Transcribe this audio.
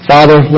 Father